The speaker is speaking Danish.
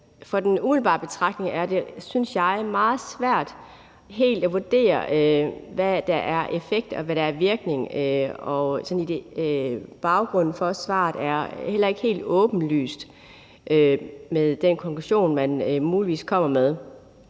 for den umiddelbare betragtning er det – synes jeg – meget svært helt at vurdere, hvad der er effekt, og hvad der er virkning, og baggrunden for svaret er heller ikke helt åbenlys med den konklusion, man muligvis kommer med.